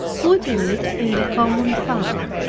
putting it in the common fund.